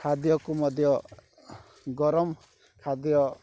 ଖାଦ୍ୟକୁ ମଧ୍ୟ ଗରମ ଖାଦ୍ୟ